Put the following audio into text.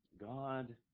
God